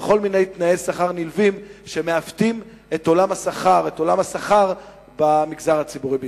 וכל מיני תנאי שכר נלווים שמעוותים את עולם השכר במגזר הציבורי בישראל.